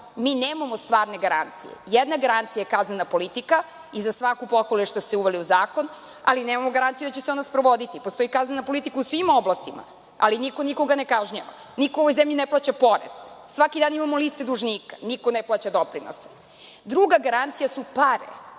mi nemamo stvarne garancije. Jedna garancija je kaznena politika i za svaku pohvalu je što ste je uveli u zakon, ali nemamo garanciju da će se ona sprovoditi. Postoji kaznena politika u svim oblastima, ali niko nikoga ne kažnjava. Niko u ovoj zemlji ne plaća porez. Svaki dan imamo liste dužnika, niko ne plaća doprinose. Druga garancija su pare.